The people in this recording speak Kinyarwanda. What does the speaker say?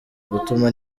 gutuma